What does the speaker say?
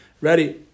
ready